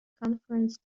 conference